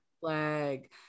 flag